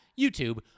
YouTube